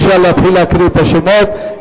אפשר להתחיל להקריא את השמות.